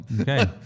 Okay